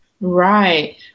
Right